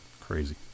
Crazy